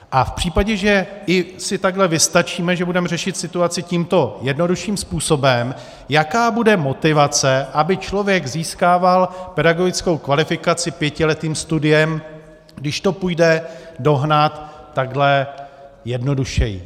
A v případě, že i si takhle vystačíme, že budeme řešit situaci tímto jednodušším způsobem, jaká bude motivace, aby člověk získával pedagogickou kvalifikaci pětiletým studiem, když to půjde dohnat takhle jednodušeji.